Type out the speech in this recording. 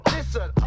Listen